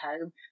home